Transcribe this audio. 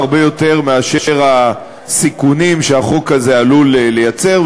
הרבה יותר מאשר הסיכונים שהחוק הזה עלול לייצר.